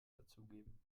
dazugeben